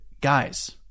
guys